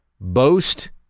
boast